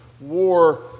war